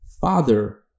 Father